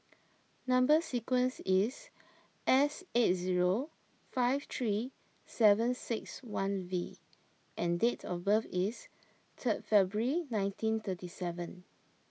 Number Sequence is S eight zero five three seven six one V and date of birth is third February nineteen thirty seven